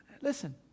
Listen